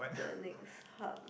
the next hub